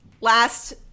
last